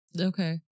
Okay